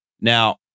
Now